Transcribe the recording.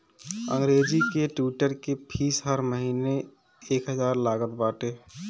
अंग्रेजी के ट्विटर के फ़ीस हर महिना एक हजार लागत बाटे